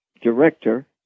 director